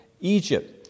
Egypt